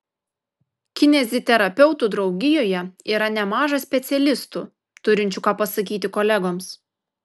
kineziterapeutų draugijoje yra nemaža specialistų turinčių ką pasakyti kolegoms